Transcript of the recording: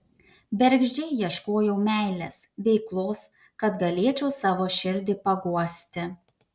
bergždžiai ieškojau meilės veiklos kad galėčiau savo širdį paguosti